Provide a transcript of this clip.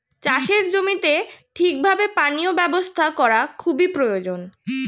চাষের জমিতে ঠিক ভাবে পানীয় ব্যবস্থা করা খুবই প্রয়োজন